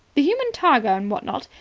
the human tiger, and what not.